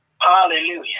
Hallelujah